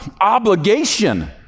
obligation